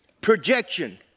Projection